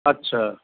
अच्छा